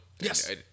Yes